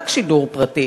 רק שידור פרטי,